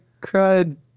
cried